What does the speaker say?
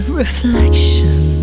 reflection